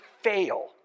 fail